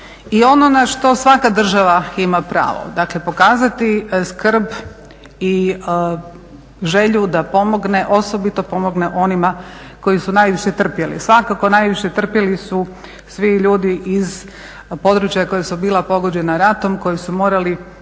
i ono na što svaka država ima pravo dakle pokazati skrb i želju da pomogne, osobito pomogne onima koji su najviše trpjeli. Svakako najviše trpjeli su svi ljudi iz područja koja su bila pogođena ratom koji su morali